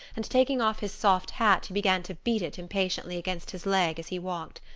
and taking off his soft hat he began to beat it impatiently against his leg as he walked.